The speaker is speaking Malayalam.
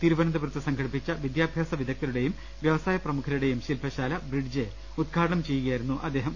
തിരുവനന്തപുരത്ത് സംഘടിപ്പിച്ച വിദ്യാഭ്യാസ വിദഗ്ദ്ധ രുടേയും വ്യവസായ പ്രമുഖരുടേയും ശില്പശാല ബ്രിഡ്ജ് ഉദ്ഘാടനം ചെയ്യുകയായിരുന്നു അദ്ദേഹം